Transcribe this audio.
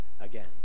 again